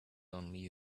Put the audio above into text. only